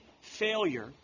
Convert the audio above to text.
failure